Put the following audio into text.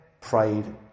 prayed